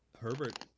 Herbert